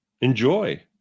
enjoy